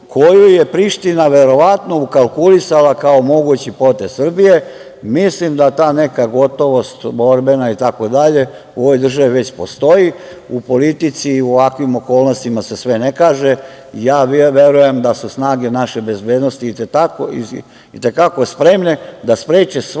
koju je Priština verovatno ukalkulisala kao mogući potez Srbije. Mislim da ta neka gotovost borbena itd, u ovoj državi već postoji. U politici i u ovakvim okolnostima se sve ne kaže. Ja verujem da su snage naše bezbednosti i te kako spremne da spreče svaki